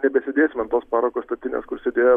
nebesedėsim ant tos parako statinės kur sėdėjo